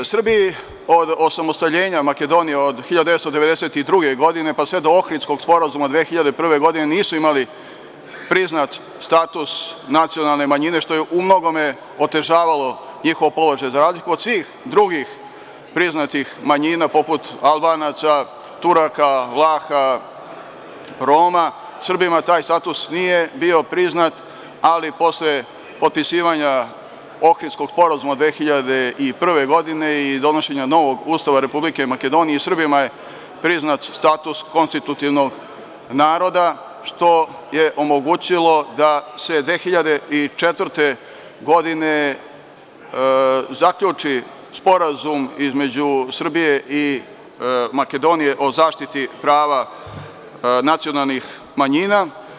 U Srbiji od osamostaljenja Makedonije od 1992. godine, pa sve do Ohridskog sporazuma 2001. godine nisu imali priznat status nacionalne manjine što je u mnogome otežavalo njihovo položaj, za razliku od svih drugih priznatih manjina poput Albanaca, Turaka, Vlaha, Roma, Srbima taj status nije bio priznat, ali posle potpisivanja Ohridskog sporazuma 2001. godine i donošenja novog Ustava Republike Makedonije Srbima je priznat status jednog naroda što je omogućilo da se 2004. godine zaključi sporazum između Srbije i Makedonije o zaštiti prava nacionalnih manjina.